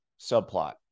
subplot